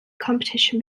competition